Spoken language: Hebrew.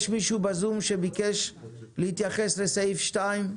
יש מישהו בזום שביקש להתייחס לסעיף 3?